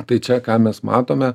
tai čia ką mes matome